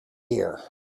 gear